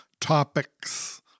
topics